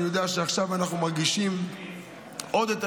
אני יודע שעכשיו אנחנו מרגישים עוד יותר